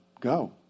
go